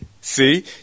See